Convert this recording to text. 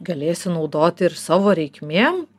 galėsi naudoti ir savo reikmėm